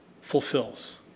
fulfills